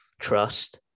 trust